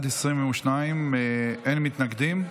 שמירת הניקיון (תיקון, טיפול בפסולת בניין),